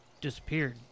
disappeared